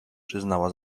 przyznała